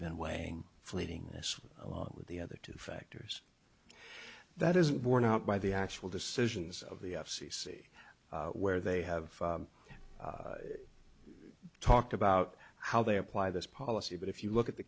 been weighing fleeting this along with the other two factors that is borne out by the actual decisions of the f c c where they have talked about how they apply this policy but if you look at the